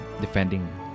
defending